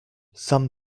some